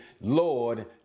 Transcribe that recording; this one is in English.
Lord